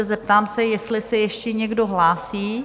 Zeptám se, jestli se ještě někdo hlásí?